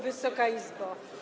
Wysoka Izbo!